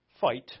Fight